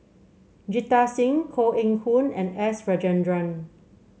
Jita Singh Koh Eng Hoon and S Rajendran